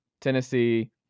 Tennessee